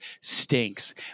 stinks